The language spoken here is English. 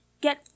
Get